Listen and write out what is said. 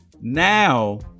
Now